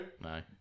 No